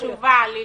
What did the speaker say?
תשובה ליליאן.